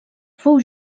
fou